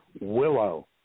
Willow